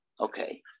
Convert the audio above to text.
Okay